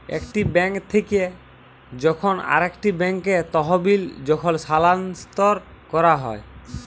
একটি বেঙ্ক থেক্যে যখন আরেকটি ব্যাঙ্কে তহবিল যখল স্থানান্তর ক্যরা হ্যয়